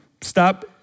stop